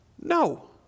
No